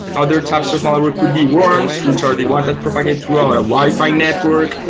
other types of malware could be worms, which are the one that propagates through a wi-fi network.